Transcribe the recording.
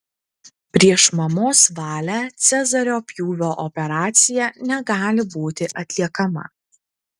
prieš mamos valią cezario pjūvio operacija negali būti atliekama